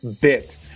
bit